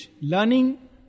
learning